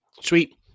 Sweet